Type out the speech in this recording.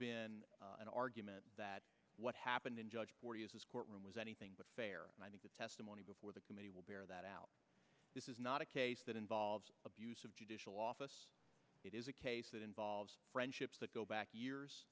been an argument that what happened in judge for his courtroom was anything but fair and i think the testimony before the committee will bear that out this is not a case that involves abuse of judicial office it is a case that involves friendships that go back years